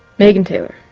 megan taylor